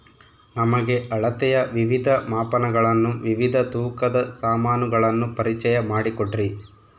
ನಮಗೆ ಅಳತೆಯ ವಿವಿಧ ಮಾಪನಗಳನ್ನು ವಿವಿಧ ತೂಕದ ಸಾಮಾನುಗಳನ್ನು ಪರಿಚಯ ಮಾಡಿಕೊಡ್ರಿ?